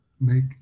make